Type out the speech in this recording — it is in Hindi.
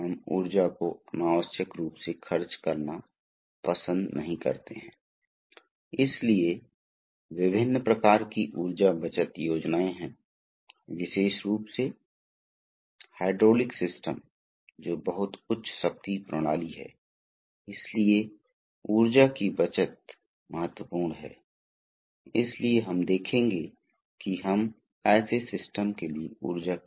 फिर निश्चित रूप से पाठ का मुख्य उद्देश्य मूल हाइड्रोलिक सिस्टम घटकों और सिस्टम में उनकी भूमिकाओं से परिचित होना है वे हाइड्रोलिक पंपों और मोटर्स के निर्माण और कार्यात्मक पहलुओं का वर्णन करते हैं कि वे कैसे कार्य करते हैं और दिशात्मक वाल्व और नियंत्रण वाल्व से परिचित होते हैं वे बहुत महत्वपूर्ण घटक हैं